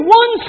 one